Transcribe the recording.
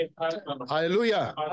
hallelujah